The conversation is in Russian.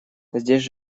здесь